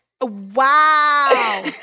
Wow